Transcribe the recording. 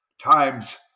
times